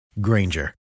Granger